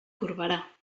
corberà